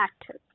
active